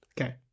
Okay